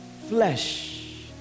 flesh